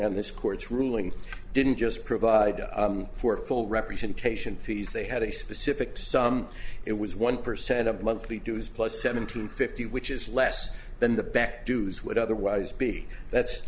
on this court's ruling didn't just provide for full representation fees they had a specific some it was one percent of the monthly dues plus seven hundred fifty which is less than the back dues would otherwise be that's